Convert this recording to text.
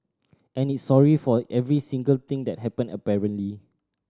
and it's sorry for every single thing that happened apparently